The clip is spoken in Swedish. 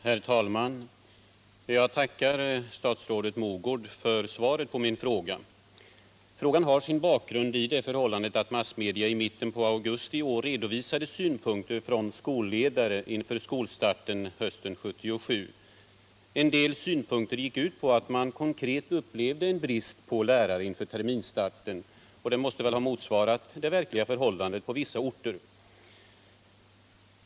Herr talman! Jag tackar statsrådet Mogård för svaret på min fråga. Frågan har sin bakgrund i det förhållande att massmedia i mitten på augusti i år redovisade synpunkter från skolledare inför skolstarten hösten 1977. En del av dessa framhöll att man konkret upplevde en brist på lärare inför terminsstarten, och det måste väl ha motsvarat det verkliga förhållandet på vissa orter.